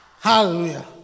Hallelujah